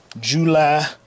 July